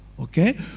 Okay